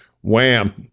Wham